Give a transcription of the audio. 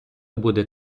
буде